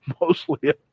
mostly